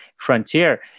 frontier